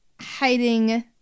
hiding